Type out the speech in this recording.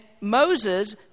Moses